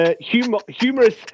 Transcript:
Humorous